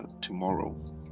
tomorrow